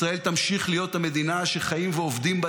ישראל תמשיך להיות המדינה שחיים ועובדים בה